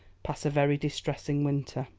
pass a very distressing winter.